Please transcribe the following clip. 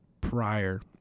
prior